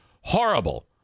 Horrible